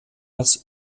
als